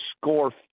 score